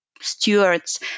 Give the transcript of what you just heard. stewards